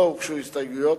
לא הוגשו הסתייגויות,